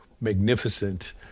magnificent